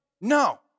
No